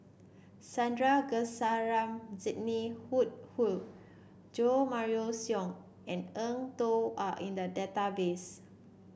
Sandrasegaran Sidney Woodhull Jo Marion Seow and Eng Tow are in the database